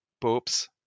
Popes